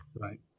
Right